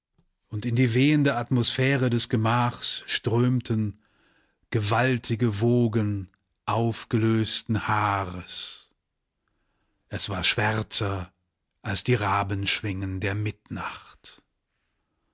und in die wehende atmosphäre des gemachs strömten gewaltige wogen aufgelösten haares es war schwärzer als die rabenschwingen der mittnacht